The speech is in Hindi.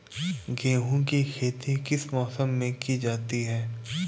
गेहूँ की खेती किस मौसम में की जाती है?